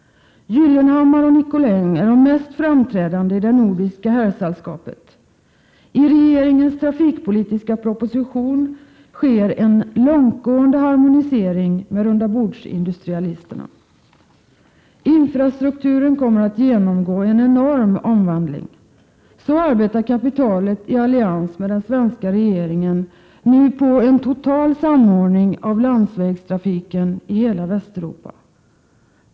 Gyllenhammar och Nicolin är de mest framträdande i det nordiska herrsällskapet. I regeringens trafikpolitiska proposition sker en långtgående harmonisering med rundabordsindustrialisterna. Infrastrukturen kommer att genomgå en enorm omvandling. Så arbetar kapitalet nu i allians med den svenska regeringen på en total samordning av landsvägstrafiken i hela Västeuropa.